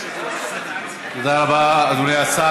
תודה רבה, אדוני השר.